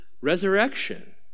resurrection